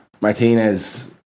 Martinez